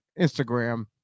instagram